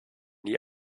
nie